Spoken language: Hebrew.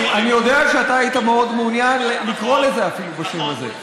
אני יודע שאתה היית מאוד מעוניין לקרוא לזה אפילו בשם הזה.